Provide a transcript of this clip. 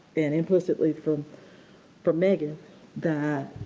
and implicitly from from megan that